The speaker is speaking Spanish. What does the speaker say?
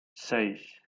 seis